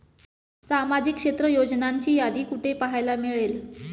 सामाजिक क्षेत्र योजनांची यादी कुठे पाहायला मिळेल?